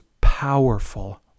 powerful